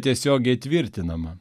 tiesiogiai tvirtinama